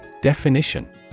Definition